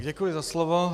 Děkuji za slovo.